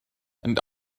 and